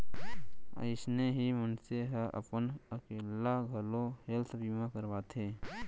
अइसने ही मनसे ह अपन अकेल्ला घलौ हेल्थ बीमा करवाथे